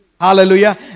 Hallelujah